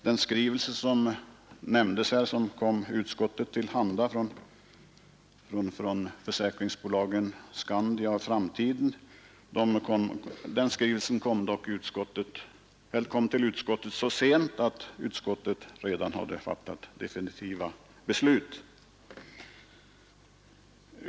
Den skrivelse från Försäkringsbolagens riksförbund och Folksam som har nämnts här kom dock utskottet till handa så sent att utskottet redan hade fattat definitiva beslut.